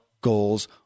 goals